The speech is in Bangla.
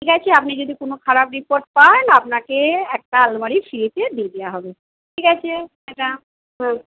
ঠিক আছে আপনি যদি কোনো খারাপ রিপোর্ট পান আপনাকে একটা আলমারি ফ্রিতে দিয়ে দেওয়া হবে ঠিক আছে ম্যাডাম হ্যাঁ